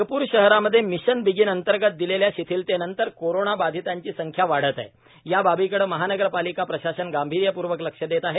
नागप्र शहरांमध्ये mission begin अंतर्गत दिलेल्या शिथलतेनंतर कोरोना बाधितांची संख्या वाढत आहे या बाबीकडे महानगरपालिका प्रशासन गांभीर्यपूर्वक लक्ष देत आहे